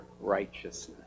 righteousness